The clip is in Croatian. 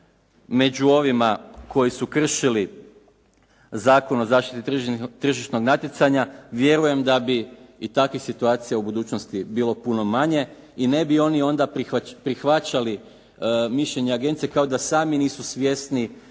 među ovima koji su kršili Zakon o zaštiti tržišnog natjecanja, vjerujem da bi i takvih situacija u budućnosti bilo puno manje i ne bi oni onda prihvaćali mišljenje agencije kao da sami nisu svjesni